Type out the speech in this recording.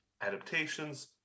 adaptations